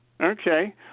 Okay